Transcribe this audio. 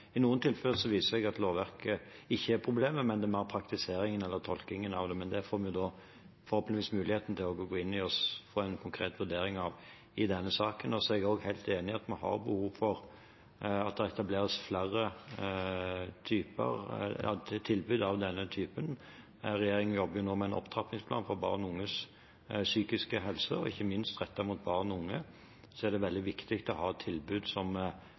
i noen tilfeller viser det seg at lovverket ikke er problemet, men mer praktiseringen eller tolkningen av det. Det får vi forhåpentligvis muligheten til å gå inn i og få en konkret vurdering av i denne saken. Jeg er også helt enig i at vi har behov for at det etableres flere tilbud av denne typen. Regjeringen jobber nå med en opptrappingsplan for barn og unges psykiske helse. Ikke minst når det gjelder barn og unge, er det veldig viktig å ha tilbud som